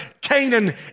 Canaan